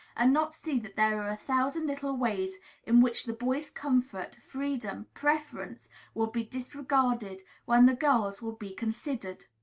and not see that there are a thousand little ways in which the boys' comfort, freedom, preference will be disregarded, when the girls' will be considered.